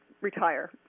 retire